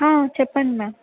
చెప్పండి మ్యామ్